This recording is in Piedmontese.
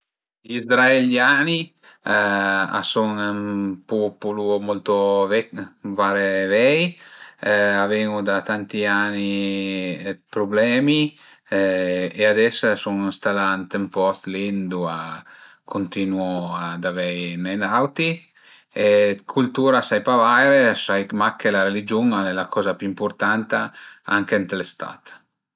Gli izraeliani a sun ün pupul molto vaire vei, a ven-u da tanti ani d'prublemi e ades a sun ënstalà li ënt ün post ëndua a cuntinua ad aveine d'auti e d'cultüra sai pa vaire, sai mach che la religiun al e la coza pi ëmpurtanta anche ën lë stat